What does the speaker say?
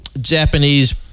Japanese